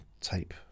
tape